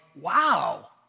wow